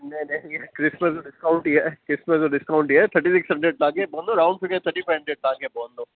न न ईअं क्रिसमस जो ॾिस्काउंट ई आहे क्रिसमस जो डिस्काउंट ई आहे थर्टी सिक्स हंड्रेड तव्हांखे पवंदो round figure thirty five hundred तव्हांखे पवंदो